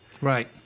Right